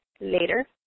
later